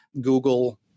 Google